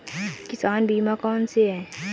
किसान बीमा कौनसे हैं?